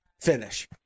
finish